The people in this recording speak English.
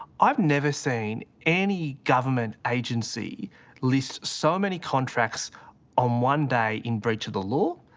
i've never seen any government agency list so many contracts on one day in breach of the law,